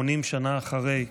80 שנה אחרי,